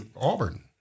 Auburn